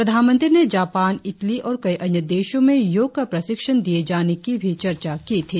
प्रधानमंत्री ने Japan Italy और कई अन्य देशों में योग का प्रशिक्षण दिये जाने की भी चर्चा की थी